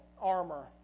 armor